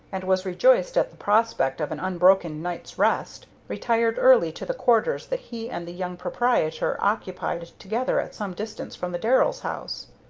and was rejoiced at the prospect of an unbroken night's rest, retired early to the quarters that he and the young proprietor occupied together at some distance from the darrells' house.